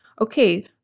okay